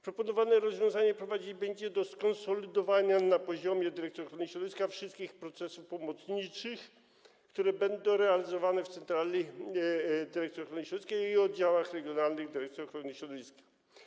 Proponowane rozwiązanie prowadzić będzie do skonsolidowania na poziomie Dyrekcji Ochrony Środowiska wszystkich procesów pomocniczych, które będą realizowane w centrali Dyrekcji Ochrony Środowiska i oddziałach regionalnych Dyrekcji Ochrony Środowiska.